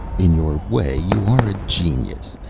in your way you are a genius.